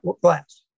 glass